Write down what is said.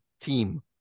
team